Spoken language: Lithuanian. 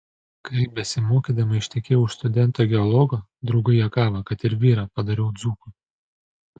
kai besimokydama ištekėjau už studento geologo draugai juokavo kad ir vyrą padariau dzūku